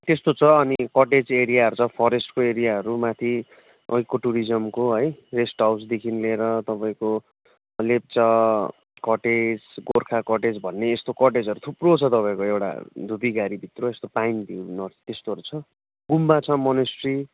त्यस्तो छ अनि कटेज एरियाहरू छ फरेस्टको एरियाहरू माथि अर्को टुरिजमको है गेस्ट हाउसदेखि लिएर तपाईँको लेप्चा कटेज गोर्खा कटेज भन्ने यस्तो कटेजहरू थुप्रो छ तपाईँको एउटा धुपीघारी थुप्रो छ पाइन त्यस्तोहरू छ गुम्बा छ मोनास्ट्री